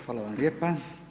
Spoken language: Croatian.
Hvala vam lijepa.